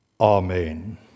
Amen